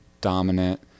dominant